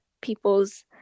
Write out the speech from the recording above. people's